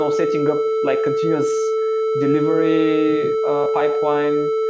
um setting up like continues delivery pipeline,